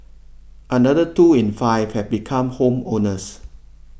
another two in five have become home owners